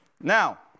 Now